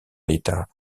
l’état